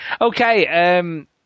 Okay